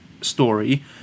story